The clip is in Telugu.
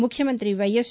ముఖ్యమంత్రి వైఎస్